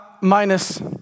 minus